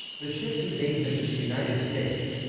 the ship conveyed him to the united states.